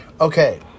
Okay